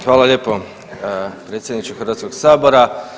Hvala lijep predsjedniče Hrvatskog sabora.